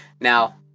Now